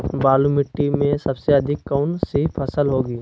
बालू मिट्टी में सबसे अधिक कौन सी फसल होगी?